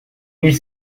mille